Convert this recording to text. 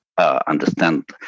Understand